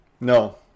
No